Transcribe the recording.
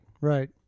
Right